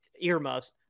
earmuffs